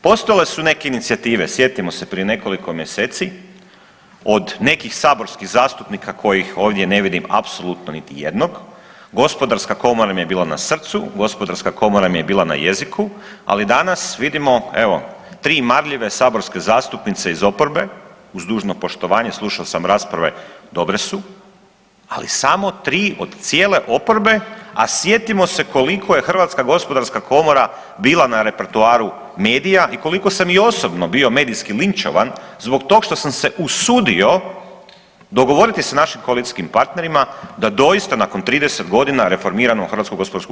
Postojale su neke inicijative, sjetimo se prije nekoliko mjeseci od nekih saborskih zastupnika kojih ovdje ne vidim apsolutno niti jednog, gospodarska komora im je bila na srcu, gospodarska komora im je bila na jeziku, ali danas vidimo evo tri marljive saborske zastupnice iz oporbe, uz dužno poštovanje slušao sam rasprave dobre su, ali samo tri od cijele oporbe, a sjetimo se koliko je HGK bila na repertoaru medija i koliko sam i osobno bio medijski linčovan zbog tog što sam se usudio dogovoriti s našim koalicijskim partnerima da doista nakon 30 godina reformiramo HGK.